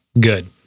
good